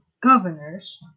governors